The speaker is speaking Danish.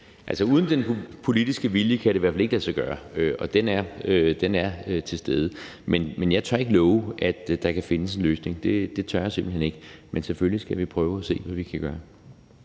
Altså, uden den politiske vilje kan det i hvert fald ikke lade sig gøre, og den er til stede. Men jeg tør ikke love, at der kan findes en løsning. Det tør jeg simpelt hen ikke, men selvfølgelig skal vi prøve at se, hvad vi kan gøre.